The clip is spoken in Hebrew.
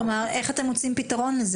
איך אתם מוצאים לזה פתרון?